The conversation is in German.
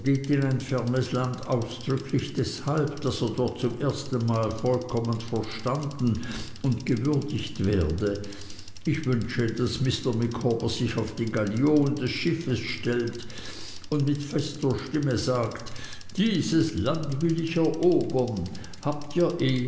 fernes land ausdrücklich deshalb daß er dort zum ersten mal vollkommen verstanden und gewürdigt werde ich wünsche daß mr micawber sich auf die gallion des schiffes stellt und mit fester stimme sagt dieses land will ich erobern habt ihr